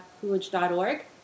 coolidge.org